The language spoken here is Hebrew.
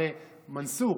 הרי, מנסור,